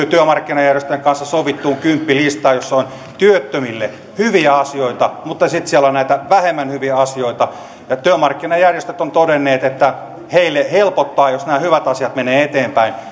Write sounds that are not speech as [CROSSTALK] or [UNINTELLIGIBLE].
[UNINTELLIGIBLE] työmarkkinajärjestöjen kanssa sovittuun kymppilistaan jossa on työttömille hyviä asioita mutta sitten siellä on näitä vähemmän hyviä asioita työmarkkinajärjestöt ovat todenneet että heitä helpottaa jos nämä hyvät asiat menevät eteenpäin